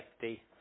safety